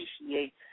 appreciate